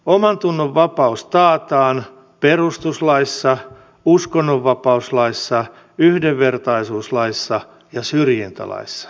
omantunnonvapaus taataan perustuslaissa uskonnonvapauslaissa yhdenvertaisuuslaissa ja syrjintälaissa